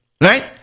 right